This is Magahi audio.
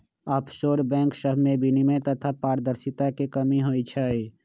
आफशोर बैंक सभमें विनियमन तथा पारदर्शिता के कमी होइ छइ